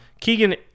Keegan